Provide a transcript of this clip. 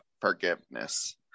forgiveness